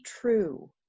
true